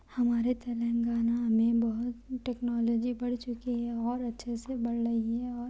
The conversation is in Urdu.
ہمارے تلنگانہ میں بہت ٹیکنالوجی بڑھ چکی ہے اور اچھے سے بڑھ رہی ہے اور